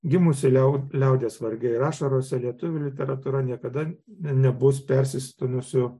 gimusi liau liaudies varge ir ašarose lietuvių literatūra niekada nebus persisotinusiu